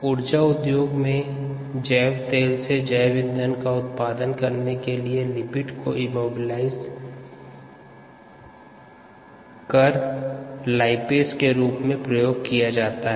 ऊर्जा उद्योग में जैव तेल से जैव ईंधन का उत्पादन करने के लिए लिपिड को इमोबिलाइज्ड का उपयोग किया जाता है